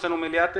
יש לנו מליאה תיכף.